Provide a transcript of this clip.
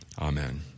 Amen